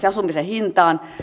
asumisen hintaan